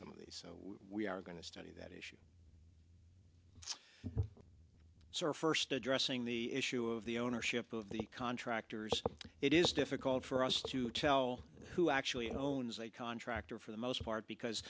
some of these we are going to study that issue sir first addressing the issue of the ownership of the contractors it is difficult for us to tell who actually owns a contractor for the most part because